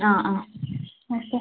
അ അ നിർത്ത്